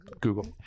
google